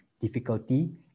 difficulty